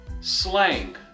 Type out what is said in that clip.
slang